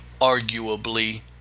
arguably